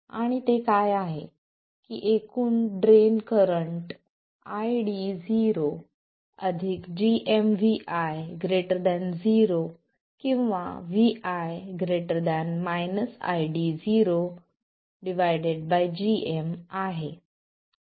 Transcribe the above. आणि ते काय आहे की एकूण ड्रेन करंट ID0 gmvi 0 किंवा vi ID0 gm आहे